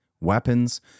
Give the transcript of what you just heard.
weapons